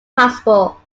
possible